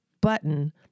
button